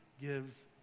gives